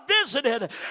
visited